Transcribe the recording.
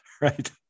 right